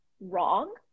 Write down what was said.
wrong